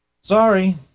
Sorry